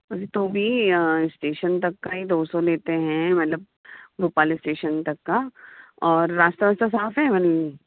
अभी तो भी स्टेशन तक का ही दो सौ लेते हैं मतलब भोपाल स्टेशन तक का और रास्ता वास्ता साफ़ है